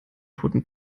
toten